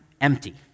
empty